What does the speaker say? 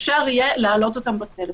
אפשר יהיה להעלות אותם בטלפון.